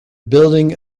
building